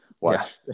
watch